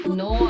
no